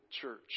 church